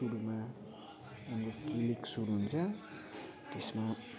सुरुमा हाम्रो लिग सुरु हुन्छ त्यसमा